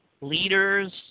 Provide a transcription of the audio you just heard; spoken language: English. leaders